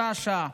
שעה-שעה.